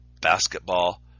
basketball